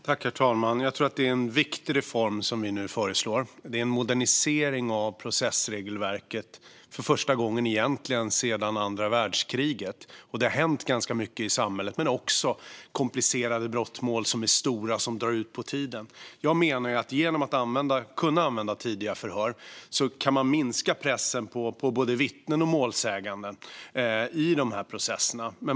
Herr talman! Jag tror att det är en viktig reform som vi nu föreslår. Det är en modernisering av processregelverket - för första gången sedan andra världskriget, egentligen. Det har hänt ganska mycket i samhället, och det finns också komplicerade brottmål som är stora och drar ut på tiden. Jag menar att genom att kunna använda tidiga förhör kan man minska pressen på både vittnen och målsägande i de här processerna.